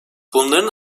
bunların